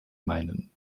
meinen